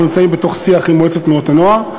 אנחנו נמצאים בשיח עם מועצת תנועות הנוער.